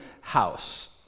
house